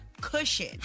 cushion